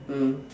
mm